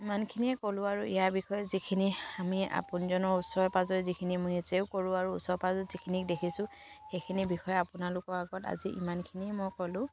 ইমানখিনিয়ে ক'লোঁ আৰু ইয়াৰ বিষয়ে যিখিনি আমি আপোনজনৰ ওচৰে পাঁজৰে যিখিনি মই নিজেও কৰোঁ আৰু ওচৰে পাঁজৰত যিখিনিক দেখিছোঁ সেইখিনিৰ বিষয়ে আপোনালোকৰ আগত আজি ইমানখিনিয়ে মই ক'লোঁ